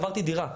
עברתי דירה.